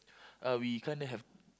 uh we kinda have